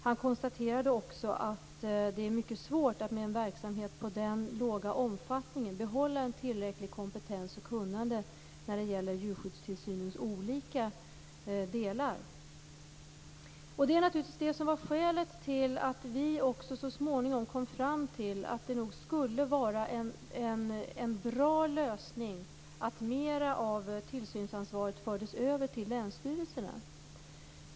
Han konstaterade också att det är mycket svårt att med en verksamhet av den låga omfattningen behålla tillräckligt med kompetens och kunnande när det gäller djurskyddstillsynens olika delar. Det var naturligtvis detta som var skälet till att vi så småningom kom fram till att det skulle vara en bra lösning att mera av tillsynsansvaret fördes över till länsstyrelserna.